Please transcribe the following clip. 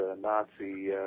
Nazi